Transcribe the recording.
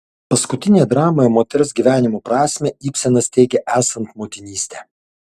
paskutinėje dramoje moters gyvenimo prasmę ibsenas teigia esant motinystę